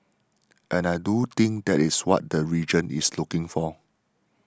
and I do think that is what the region is looking for